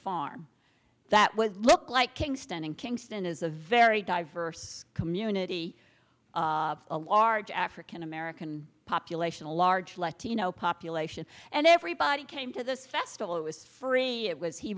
farm that what looked like kingston and kingston is a very diverse community a large african american population a large latino population and everybody came to this festival it was free it was he